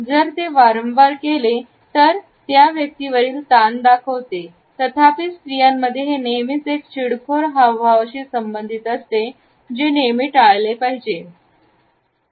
जर ते वारंवार केले तर ते त्या व्यक्तीवरील ताण दाखवते तथापि स्त्रियांमध्ये हे नेहमीच एक चिडखोर हावभावाशी संबंधित असते जे नेहमी टाळले पाहिजे